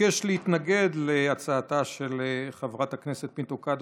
ביקש להתנגד להצעתה של חברת הכנסת פינטו קדוש,